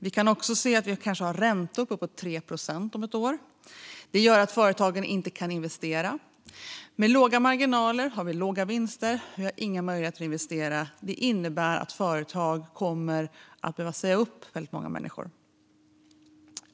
Vi kan också se att vi kanske har räntor på uppemot 3 procent om ett år. Detta gör att företagen inte kan investera. Med låga marginaler får vi låga vinster och inga möjligheter att investera. Detta innebär att företag kommer att behöva säga upp många människor.